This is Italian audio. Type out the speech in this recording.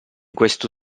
questo